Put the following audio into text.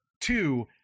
two